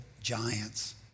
giants